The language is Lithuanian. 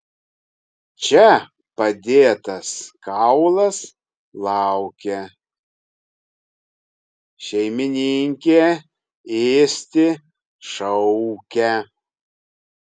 čia padėtas kaulas laukia šeimininkė ėsti šaukia